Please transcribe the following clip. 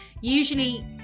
usually